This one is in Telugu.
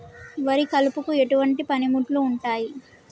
వరి కలుపుకు ఎటువంటి పనిముట్లు ఉంటాయి?